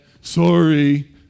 sorry